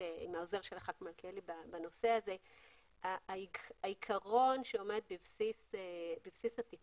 עוזרו של חבר הכנסת מלכיאלי שהעיקרון שעומד בבסיס התיקון,